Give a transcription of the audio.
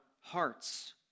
hearts